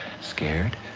Scared